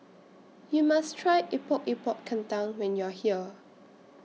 YOU must Try Epok Epok Kentang when YOU Are here